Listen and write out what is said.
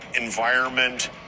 environment